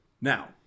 Now